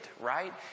right